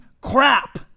crap